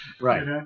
Right